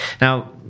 Now